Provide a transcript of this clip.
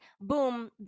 Boom